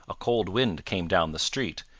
a cold wind came down the street,